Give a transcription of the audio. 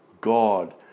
God